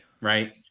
Right